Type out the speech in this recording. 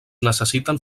necessiten